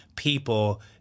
People